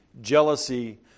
jealousy